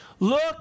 Look